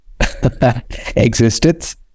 Existence